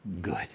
good